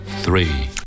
three